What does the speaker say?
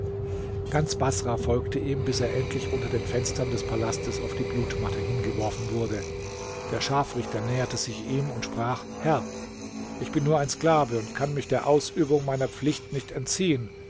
ganz baßrah folgte ihm bis er endlich unter den fenstern des palastes auf die blutmatte hingeworfen wurde der scharfrichter näherte sich ihm und sprach herr ich bin nur ein sklave und kann mich der ausübung meiner pflicht nicht entziehen